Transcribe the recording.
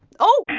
oh!